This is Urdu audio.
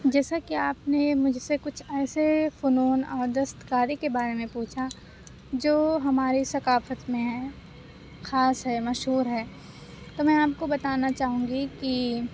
جیسا کہ آپ نے مجھ سے کچھ ایسے فنون اور دستکاری کے بارے میں پوچھا جو ہماری ثقافت میں ہیں خاص ہے مشہور ہے تو میں آپ کو بتانا چاہوں گی کہ